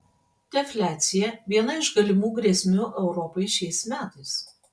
defliacija viena iš galimų grėsmių europai šiais metais